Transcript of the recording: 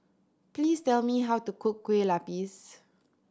please tell me how to cook Kueh Lupis